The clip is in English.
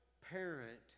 parent